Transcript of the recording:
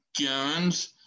guns